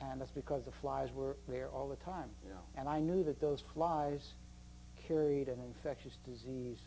and that's because the flies were there all the time you know and i knew that those flies carried an infectious disease